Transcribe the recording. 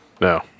No